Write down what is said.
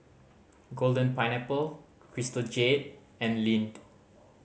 Golden Pineapple Crystal Jade and Lindt